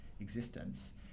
existence